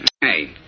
Hey